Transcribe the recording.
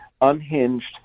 unhinged